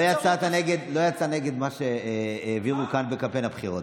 אבל לא יצאת נגד מה שהעבירו כאן בקמפיין הבחירות.